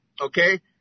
okay